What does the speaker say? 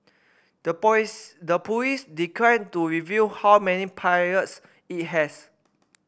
the the police declined to reveal how many pilots it has